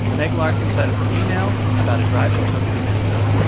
meg larson sent us an email about a drive she took through minnesota.